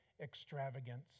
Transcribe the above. extravagance